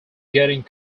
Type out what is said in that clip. getting